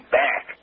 back